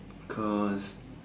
cause